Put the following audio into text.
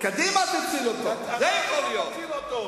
קדימה תציל אותו, זה יכול להיות.